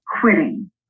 quitting